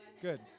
Good